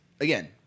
again